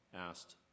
asked